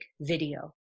video